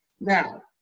Now-